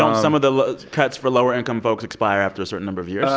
um some of the cuts for lower-income folks expire after a certain number of years?